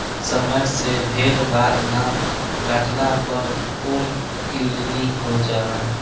समय से भेड़ बाल ना काटला पर ओमे किलनी हो जाला